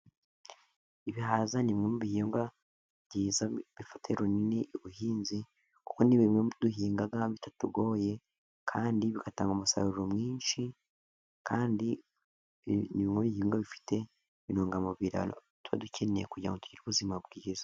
Ibihaza ni bimwe mu bihingwa byiza bifatiye runini ubuhinzi ,kuko ni bimwe duhinga bitatugoye, kandi bigatanga umusaruro mwinshi kandi ni bimwe mu bihingwa bifite intungamubiri abantu tuba dukeneye, kugira ngo tugire ubuzima bwiza.